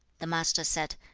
the master said,